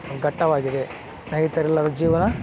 ಘಟ್ಟವಾಗಿದೆ ಸ್ನೇಹಿತರಿಲ್ಲದ ಜೀವನ